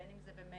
בין אם זה במייל,